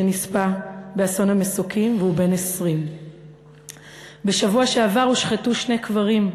שנספה באסון המסוקים והוא בן 20. בשבוע שעבר הושחתו שני קברים,